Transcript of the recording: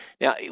Now